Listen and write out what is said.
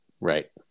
Right